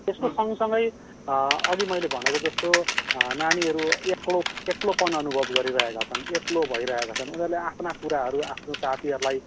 यसको सँगसँगै अघि मैले भनेको जस्तो नानीहरू एक्लो एक्लोपन अनुभव गरिरहेका छन् एक्लो भइरहेका छन् उनीहरूले आफ्ना कुराहरू आफ्ना साथीहरूलाई